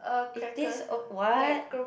it taste oh what